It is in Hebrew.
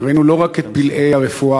וראינו לא רק את פלאי הרפואה,